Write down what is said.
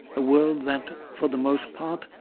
a world that, for the most part,